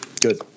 Good